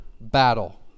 battle